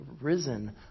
risen